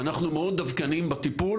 אנחנו מאוד דבקניים בטיפול,